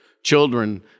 Children